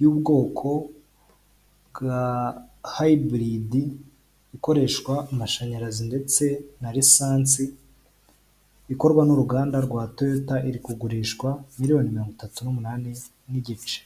y'ubwoko bwa hayiburidi ikoresha amashanyarazi ndetse na lisansi ikorwa n'uruganda rwa toyota, iri kugurishwa miliyoni mirongo itatu n' numunani n'igice.